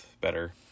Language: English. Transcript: better